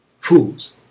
fools